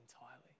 entirely